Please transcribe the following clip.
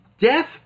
Death